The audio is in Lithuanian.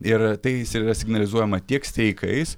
ir tai yra signalizuojama tiek streikais